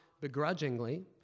begrudgingly